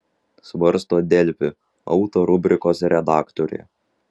svarsto delfi auto rubrikos redaktorė